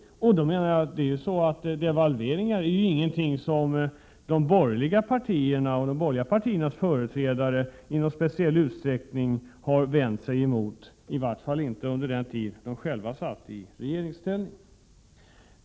Devalveringar är ju ingenting som de borgerliga partierna och deras företrädare i speciellt stor utsträckning har vänt sig emot, i varje fall inte under den tid de själva befann sig i regeringsställning.